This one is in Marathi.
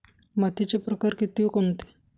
मातीचे प्रकार किती व कोणते?